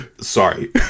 sorry